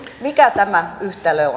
mikä tämä yhtälö on